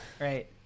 Right